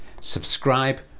subscribe